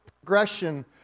progression